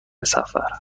سفر